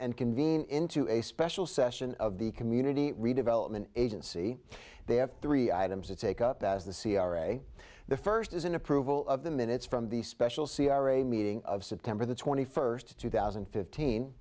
and convene into a special session of the community redevelopment agency they have three items it take up as the c r a the first is an approval of the minutes from the special c r a meeting of september the twenty first two thousand and fifteen